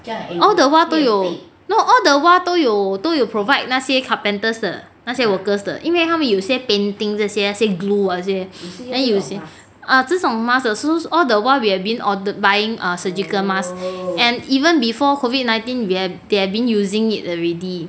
all the while no all the while 都有都有 provide 那些 carpenters 的那些 workers 的因为他们有些 painting 这些 glue 啊这些 then 有些 uh 这种 mask 的 so all the while we have been buying err surgical masks and even before COVID nineteen they have been using it already